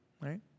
right